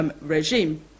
regime